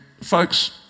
folks